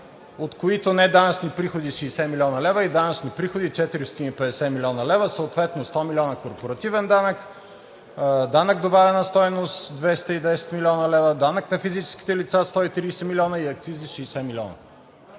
от които неданъчни приходи 60 млн. лв., и данъчни приходи 450 млн. лв., съответно 100 милиона корпоративен данък, данък добавена стойност – 210 млн. лв., данък на физическите лица – 130 милиона, и акцизи – 60 милиона.